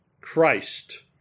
Christ